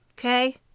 Okay